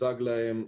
הוצג להם,